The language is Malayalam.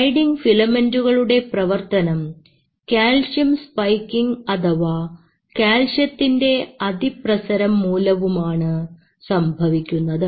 സ്ലൈഡിങ് ഫിലമെന്റ്കളുടെ പ്രവർത്തനം കാൽസ്യം സ്പൈക്കിംഗ് അഥവാ കാൽസ്യത്തിൻറെ അതിപ്രസരം മൂലവുമാണ് സംഭവിക്കുന്നത്